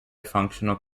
functional